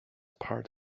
part